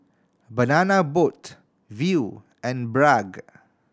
Banana Boat Viu and Bragg